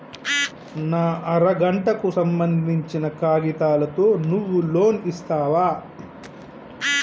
నా అర గంటకు సంబందించిన కాగితాలతో నువ్వు లోన్ ఇస్తవా?